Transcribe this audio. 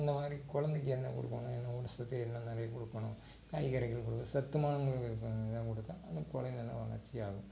அந்த மாதிரி கொழந்தைக்கி என்ன கொடுக்கணும் என்ன ஊட்டசத்து என்ன நிறைய கொடுக்கணும் காய்கறிகள் ஃபுல்லாக சத்து மாவில் இருக்கிற க நிறையா கொடுத்தா அந்தக் கொழந்த நல்லா வளர்ச்சியாகும்